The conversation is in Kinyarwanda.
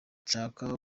nshaka